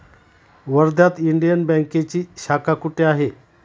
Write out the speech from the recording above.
वर्ध्यात इंडियन बँकेची शाखा कुठे आहे?